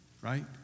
Right